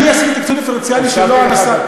אני עשיתי תקצוב דיפרנציאלי שלא נעשה,